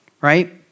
right